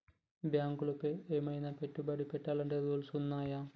బ్యాంకులో ఏమన్నా పెట్టుబడి పెట్టాలంటే రూల్స్ ఉన్నయా?